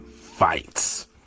fights